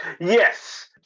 yes